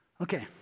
Okay